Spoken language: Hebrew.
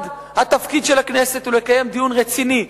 התפקיד של הכנסת הוא לקיים דיון רציני,